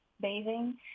bathing